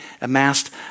amassed